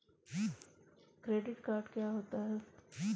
Credit card क्या होता है?